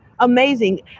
amazing